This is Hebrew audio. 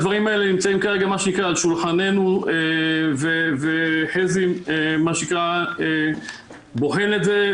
הדברים האלה נמצאים כרגע על שולחננו וחזי בוחן את זה,